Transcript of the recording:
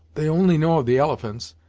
they only know of the elephants,